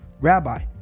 Rabbi